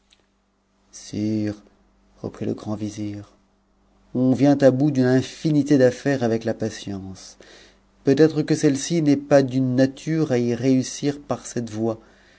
reprit le grand vizir on vient à bout d'une inunité d'affaires avec la patience peut-être que celle-ci n'est pas d'une nature à y réussir t r cette voie